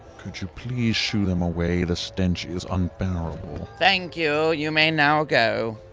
could you please shoe them away? the stench is unbearable. thank you. you may now go.